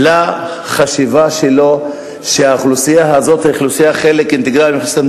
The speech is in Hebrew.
החשיבה שלו שהאוכלוסייה הזאת היא חלק אינטגרלי של אוכלוסיית